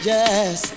Yes